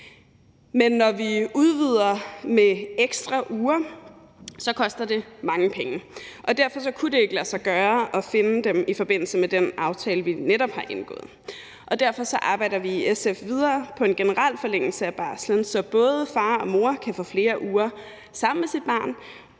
Men når vi udvider med ekstra uger, koster det mange penge, og derfor kunne det ikke lade sig gøre at finde dem i forbindelse med den aftale, vi netop har indgået. Derfor arbejder vi i SF videre på en generel forlængelse af barslen, så både far og mor kan få flere uger sammen med deres barn,